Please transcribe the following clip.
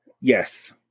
Yes